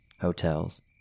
hotels